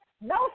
no